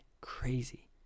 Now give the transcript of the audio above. crazy